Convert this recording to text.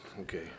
Okay